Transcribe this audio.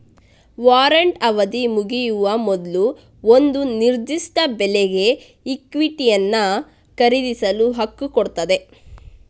warrant ಅವಧಿ ಮುಗಿಯುವ ಮೊದ್ಲು ಒಂದು ನಿರ್ದಿಷ್ಟ ಬೆಲೆಗೆ ಇಕ್ವಿಟಿಯನ್ನ ಖರೀದಿಸಲು ಹಕ್ಕು ಕೊಡ್ತದೆ